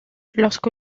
lorsque